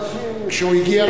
כשהוא הגיע לשלטון,